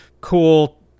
cool